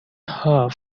hub